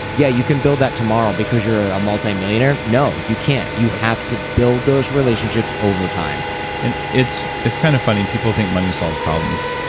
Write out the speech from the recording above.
yeah, you can build that tomorrow because you're a multi-millionaire. no, you can't. you have to build those relationships over time and it's it's kind of funny. people think money solves problems.